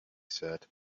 said